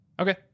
okay